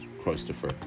Christopher